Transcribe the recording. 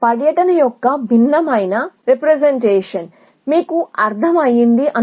ఇది పర్యటన యొక్క భిన్నమైన రీప్రెజెంటేషన్ కాబట్టి మీకు అర్థమైంది